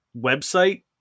website